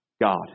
God